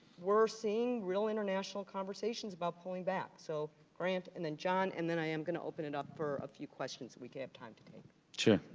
we're seeing real international conversations about pulling back, so grant and then john, and then i am gonna open it up for a few questions we could have time to take. sure,